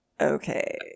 okay